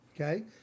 okay